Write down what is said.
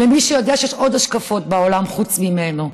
למי שיודע שיש עוד השקפות בעולם חוץ משלו.